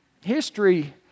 history